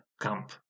Camp